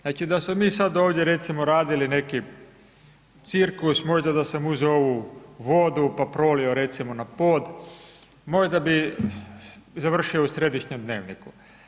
Znači da smo mi sad ovdje recimo radili neki cirkus, možda da sam uzeo ovu vodu pa prolio recimo na pod, možda bih završio u središnjem Dnevniku.